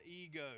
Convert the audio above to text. ego